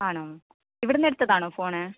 ആണോ ഇവിടെ നിന്ന് എടുത്തതാണോ ഫോണ്